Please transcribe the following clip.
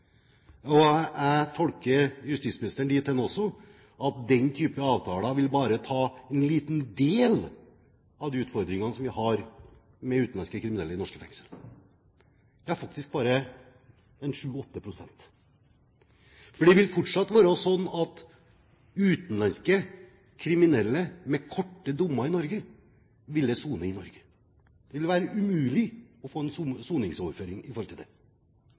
Jeg tolker justisministeren dit hen også at den type avtaler bare vil ta en liten del av de utfordringene som vi har med utenlandske kriminelle i norske fengsler, faktisk bare 7–8 pst. For det vil fortsatt være sånn at utenlandske kriminelle med korte dommer i Norge vil sone i Norge. Det vil være umulig å få en soningsoverføring av dem. Det